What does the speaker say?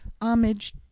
homage